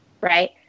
Right